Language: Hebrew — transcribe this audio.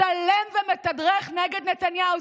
מצטלם ומתדרך נגד נתניהו.